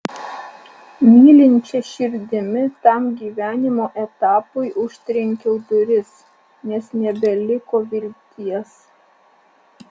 mylinčia širdimi tam gyvenimo etapui užtrenkiau duris nes nebeliko vilties